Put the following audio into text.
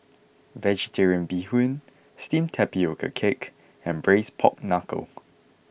Vegetarian Bee Hoon Steamed Tapioca Cake and Braised Pork Knuckle